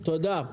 תודה.